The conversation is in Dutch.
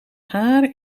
haar